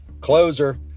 Closer